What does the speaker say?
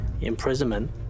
imprisonment